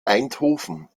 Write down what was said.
eindhoven